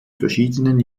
verschiedenen